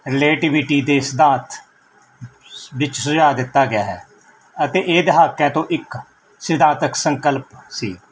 relativity ਦੇ ਸਿਧਾਂਤ ਵਿੱਚ ਸੁਝਾਅ ਦਿੱਤਾ ਗਿਆ ਹੈ ਅਤੇ ਇਹ ਦਹਾਕਿਆਂ ਤੋਂ ਇੱਕ ਸਿਧਾਂਤਕ ਸੰਕਲਪ ਸੀ